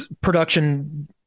Production